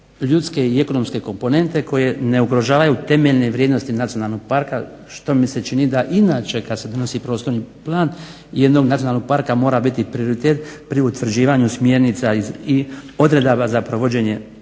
ljudske i ekonomske komponente koje ne ugrožavaju temeljne vrijednosti nacionalnog parka što mi se čini da inače kad se donosi prostorni plan jednog nacionalnog parka mora biti prioritet pri utvrđivanju smjernica i odredaba za provođenje